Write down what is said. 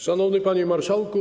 Szanowny Panie Marszałku!